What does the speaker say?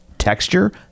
Texture